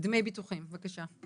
דמי ביטוחים, בבקשה.